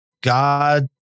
God